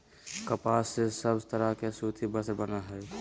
कपास से सब तरह के सूती वस्त्र बनय हय